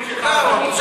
אוה, יפה.